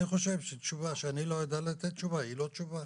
אני חושב שתשובה שאני לא יודע לתת תשובה היא לא תשובה,